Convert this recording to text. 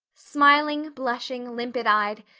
smiling, blushing, limpid eyed,